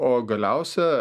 o galiausia